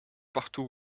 partout